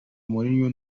mourinho